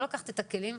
לא לקחת את הכלים,